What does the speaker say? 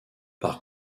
par